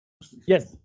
Yes